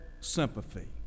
sympathy